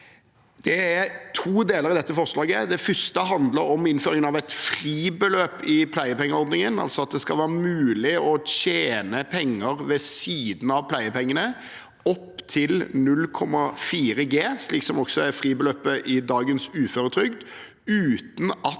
Det er to deler av dette forslaget. Det første handler om innføringen av et fribeløp i pleiepengeordningen, altså at det skal være mulig å tjene penger ved siden av pleiepengene – opp til 0,4 G, som også er fribeløpet i dagens uføretrygd – uten at